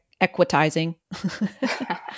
equitizing